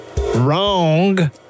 Wrong